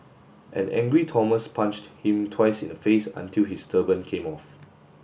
an angry Thomas punched him twice in the face until his turban came off